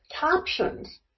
captions